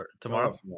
tomorrow